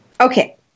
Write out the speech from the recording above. Okay